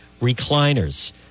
recliners